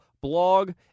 blog